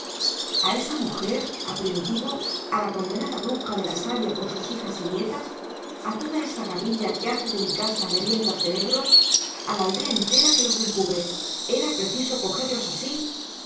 a esa mujer a primitivo a la condenada bruja de la sabia con sus hijas y nietas a toda esa gavilla que hace de mi casa merienda de negros a la aldea entera que los encubre era preciso cogerlos así